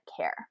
care